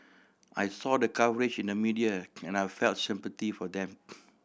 I saw the coverage in the media and I felt sympathy for them